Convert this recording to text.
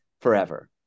forever